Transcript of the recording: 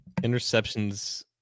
interceptions